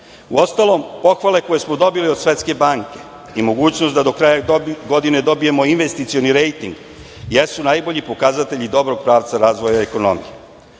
BDP.Uostalom, pohvale koje smo dobili od Svetske banke i mogućnost da do kraja godine dobijemo investicioni rejting jesu najbolji pokazatelji dobro pravca razvoja ekonomije.Zašto